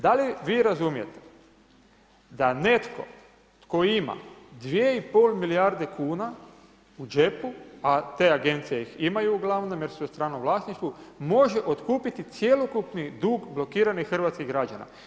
Da li vi razumijete da netko tko ima 2,5 milijarde kuna u džepu, a te agencije ih imaju uglavnom jer su u stranom vlasništvu, može otkupiti cjelokupni dug blokiranih hrvatskih građana.